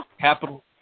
capital